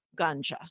ganja